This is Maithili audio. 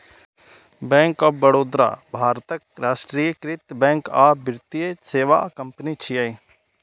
बैंक ऑफ बड़ोदा भारतक राष्ट्रीयकृत बैंक आ वित्तीय सेवा कंपनी छियै